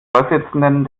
vorsitzenden